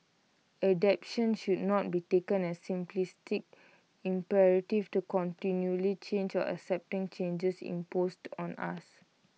adaptation should not be taken as the simplistic imperative to continually change or accepting changes imposed on us